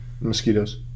Mosquitoes